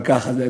אבל ככה זה.